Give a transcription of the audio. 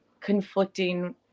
conflicting